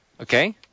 okay